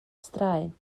straen